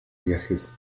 viajes